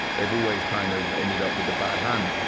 they've always kind of ended up with the bad hand.